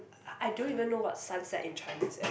I don't even know what's sunset in Chinese eh